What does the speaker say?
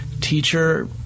teacher